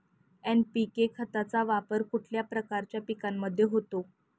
NPK खताचा वापर कुठल्या प्रकारच्या पिकांमध्ये होतो?